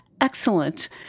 Excellent